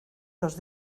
los